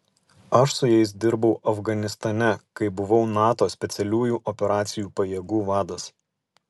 aš su jais dirbau afganistane kai buvau nato specialiųjų operacijų pajėgų vadas